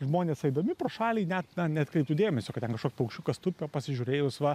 žmonės eidami pro šalį net neatkreiptų dėmesio kad ten kažkoks paukščiukas tupi o pasižiūrėjus va